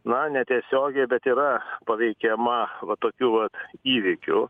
na netiesiogiai bet yra paveikiama va tokių va įvykių